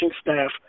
staff